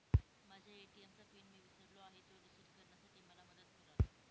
माझ्या ए.टी.एम चा पिन मी विसरलो आहे, तो रिसेट करण्यासाठी मला मदत कराल?